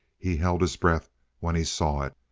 he held his breath when he saw it.